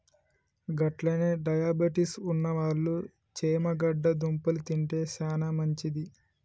గట్లనే డయాబెటిస్ ఉన్నవాళ్ళు చేమగడ్డ దుంపలు తింటే సానా మంచిది